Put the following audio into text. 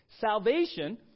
Salvation